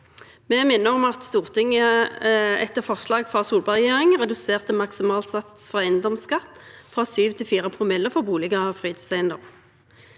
Vi minner om at Stortinget etter forslag fra Solberg-regjeringen reduserte maksimal sats for eiendomsskatt fra 7 til 4 promille for boliger og fritidseiendommer.